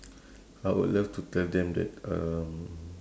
I would love to tell them that um